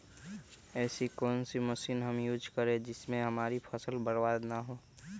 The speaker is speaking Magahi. ऐसी कौन सी मशीन हम यूज करें जिससे हमारी फसल बर्बाद ना हो?